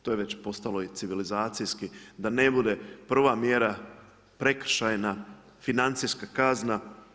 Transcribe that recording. To je već postalo i civilizacijski da ne bude prva mjera prekršajna, financijska kazna.